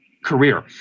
Career